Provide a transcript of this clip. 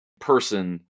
person